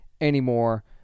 anymore